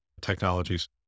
technologies